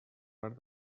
part